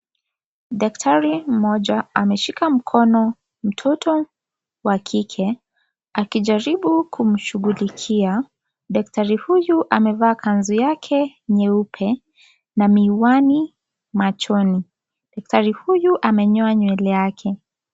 Daktari mmoja ameshika mkono mtoto wa kike, akijaribu kushughulikia. Daktari huyu amevaa kanzu yake nyeupe na miwani machoni. Daktari huyu amenyoa nywele yake.